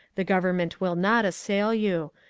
the government will not assail you.